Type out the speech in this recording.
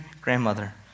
grandmother